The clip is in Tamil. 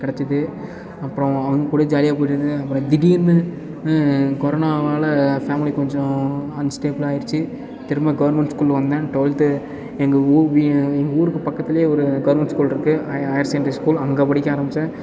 கிடச்சிது அப்புறம் அவங்கக்கூடயே ஜாலியாக போயிட்டு இருந்தது அப்புறம் திடீர்னு கொரோனாவால் ஃபேமிலி கொஞ்சம் அன்ஸ்டேப்பிலாயிடுச்சு திரும்ப கவர்மெண்ட் ஸ்கூல் வந்தேன் டுவல்த் எங்கள் ஊ வி எங்க ஊருக்கு பக்கத்திலே ஒரு கவர்மெண்ட் ஸ்கூல் இருக்குது ஹ ஹையர் செகண்டரி ஸ்கூல் அங்கே படிக்க ஆரம்பித்தேன்